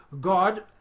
God